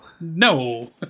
No